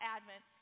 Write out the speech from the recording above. Advent